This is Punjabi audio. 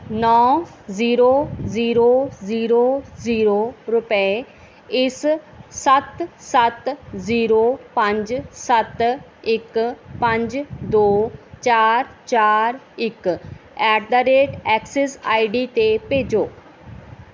ਨੌਂ ਜ਼ੀਰੋ ਜ਼ੀਰੋ ਜ਼ੀਰੋ ਜ਼ੀਰੋ ਰੁਪਏ ਇਸ ਸੱਤ ਸੱਤ ਜ਼ੀਰੋ ਪੰਜ ਸੱਤ ਇੱਕ ਪੰਜ ਦੋ ਚਾਰ ਚਾਰ ਇੱਕ at the rate Axis I D 'ਤੇ ਭੇਜੋ